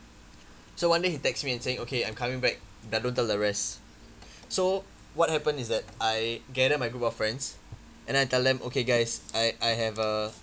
so one day he text me and saying okay I'm coming back but don't tell the rest so what happen is that I gather my group of friends and I tell them okay guys I I have a